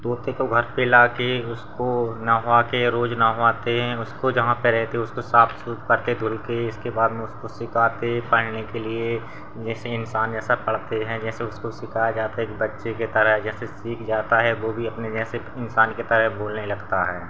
तोते को घर पर लाकर उसको नहलाकर रोज नहलाते हैं उसको जहाँ पर रहते उसको साफ़ सूफ करते धोकर इसके बाद में उसको सिखाते पढ़ने के लिए जैसे इन्सान जैसा पढ़ते हैं जैसे उसको सिखाया जाता है एक बच्चे की तरह जैसे सीख जाता है वह भी अपने जैसे इन्सान की तरह बोलने लगता है